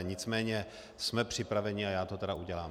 Nicméně jsme připraveni a já to tedy udělám.